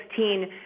2016